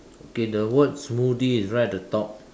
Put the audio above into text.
okay the word smoothie is right at the top